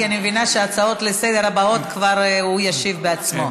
כי אני מבינה שלהצעות הבאות לסדר-היום הוא ישיב בעצמו.